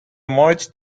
merged